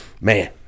man